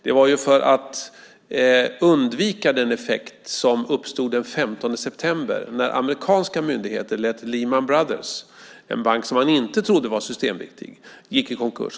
Det var för att undvika den effekt som uppstod den 15 september när amerikanska myndigheter lät Lehman Brothers, en bank som man inte trodde var systemviktig, gå i konkurs.